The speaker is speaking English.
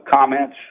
comments